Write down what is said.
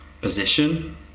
position